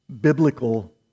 biblical